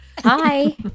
Hi